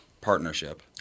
partnership